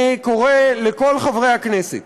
אני קורא לכל חברי הכנסת